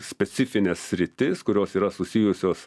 specifines sritis kurios yra susijusios